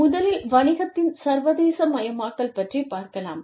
முதலில் வணிகத்தின் சர்வதேசமயமாக்கல் பற்றிப் பார்க்கலாம்